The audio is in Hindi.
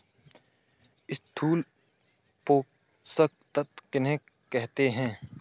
स्थूल पोषक तत्व किन्हें कहते हैं?